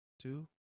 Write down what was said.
Two